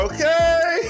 Okay